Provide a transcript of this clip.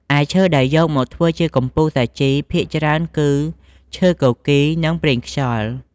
ឯឈើដែលយកមកធ្វើជាកំពូលសាជី ភាគច្រើនគឺ ឈើគគីរ និងប្រេងខ្យល់។